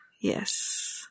yes